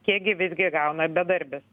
kiek gi visgi gauna bedarbis